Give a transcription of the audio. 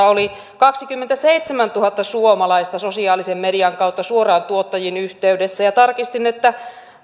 oli kaksikymmentäseitsemäntuhatta suomalaista sosiaalisen median kautta suoraan tuottajiin yhteydessä tarkistin että